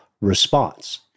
response